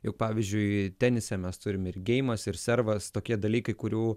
juk pavyzdžiui tenise mes turim ir geimas ir servas tokie dalykai kurių